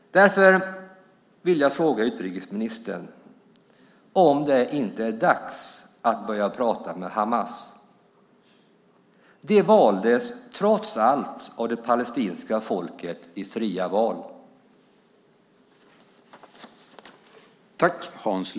Därför vill jag fråga utrikesministern om det inte är dags att börja prata med Hamas. De valdes trots allt av det palestinska folket i fria val.